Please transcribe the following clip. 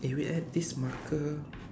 eh wait eh this marker